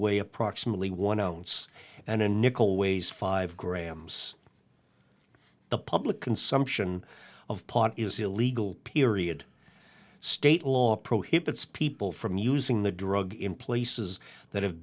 way approximately one ounce and a nickel weighs five grams the public consumption of pot is illegal period state law prohibits people from using the drug in places that have